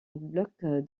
bloc